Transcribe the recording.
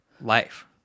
life